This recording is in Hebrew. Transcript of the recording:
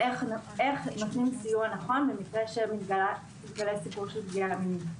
איך נותנים סיוע נכון במקרה שמתגלה סיפור של פגיעה מינית.